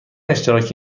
اشتراک